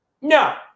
No